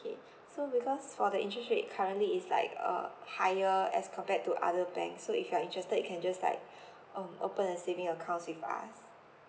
okay so because for the interest rate currently it's like uh higher as compared to other banks so if you're interested you can just like um open a saving account with us